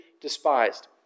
despised